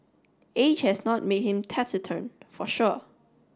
age has not made him taciturn for sure